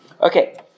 Okay